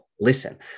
listen